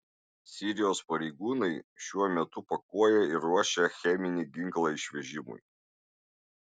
sirijos pareigūnai šiuo metu pakuoja ir ruošia cheminį ginklą išvežimui